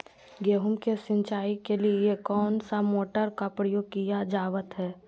गेहूं के सिंचाई के लिए कौन सा मोटर का प्रयोग किया जावत है?